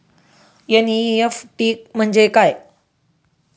NEFT म्हणजे काय?